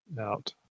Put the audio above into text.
out